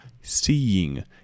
seeing